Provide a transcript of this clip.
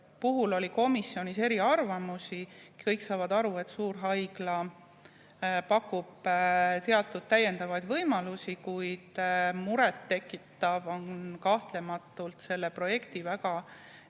suhtes oli komisjonis eriarvamusi. Kõik saavad aru, et suurhaigla pakub täiendavaid võimalusi, kuid murettekitav oli kahtlematult selle projekti väga